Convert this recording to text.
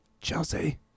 Chelsea